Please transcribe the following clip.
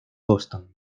boston